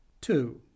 two